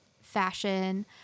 fashion